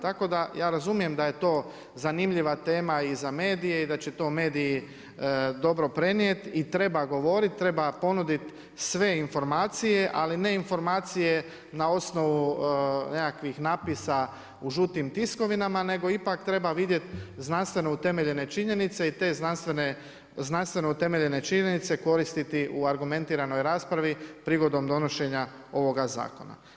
Tako, da ja razumijem da je to zanimljiva tema i za medije, i da će to mediji dobro prenijeti i treba govoriti, treba ponuditi sve informacije, ali ne informacije na osnovu nekakvih natpisa u žutim tiskovima, nekog ipak treba vidjeti znanstveno utemeljene činjenice i te znanstveno utemeljene činjenice koristiti u argumentiranoj raspravi prigodom donošenja ovoga zakona.